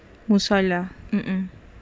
musollah uh